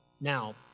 Now